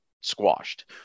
squashed